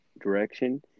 direction